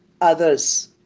others